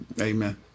Amen